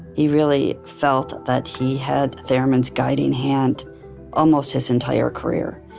he really felt that he had theremin's guiding hand almost his entire career.